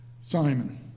Simon